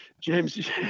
James